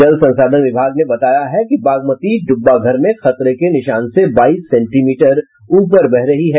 जल संसाधन विभाग ने बताया हैकि बागमती डुब्बाधर में खतरे के निशान से बाईस सेंटीमीटर ऊपर बह रही है